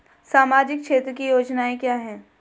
सामाजिक क्षेत्र की योजनाएं क्या हैं?